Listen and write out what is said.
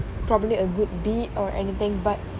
probably a good beat or anything but